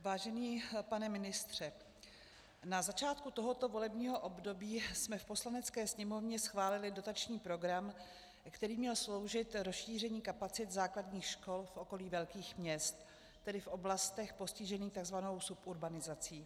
Vážený pane ministře, na začátku tohoto volebního období jsme v Poslanecké sněmovně schválili dotační program, který měl sloužit rozšíření kapacit základních škol v okolí velkých měst, tedy v oblastech postižených tzv. suburbanizací.